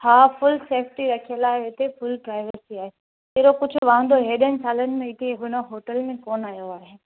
हा full safety रखियलु आहे हिते फूल प्राइवेसी आहे अहिड़ो कुझु वांधो हेॾनि सालनि में हिकु हिन होटल में कोनि आयो आहे